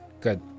Good